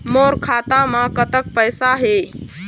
मोर खाता म कतक पैसा हे?